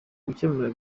gukemura